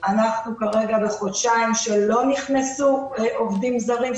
אנחנו כרגע בחודשיים שלא נכנסו עובדים זרים.